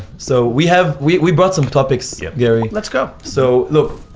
so we have, we we brought some topics, yeah gary. let's go. so look,